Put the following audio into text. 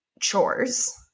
chores